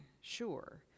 sure